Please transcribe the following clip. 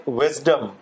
wisdom